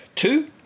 Two